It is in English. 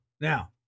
now